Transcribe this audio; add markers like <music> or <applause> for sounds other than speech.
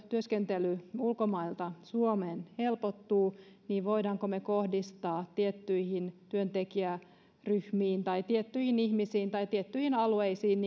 työskentely ulkomailta suomeen helpottuu että voimmeko me kohdistaa tiettyihin työntekijäryhmiin tai tiettyihin ihmisiin tai tiettyihin alueisiin <unintelligible>